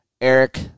Eric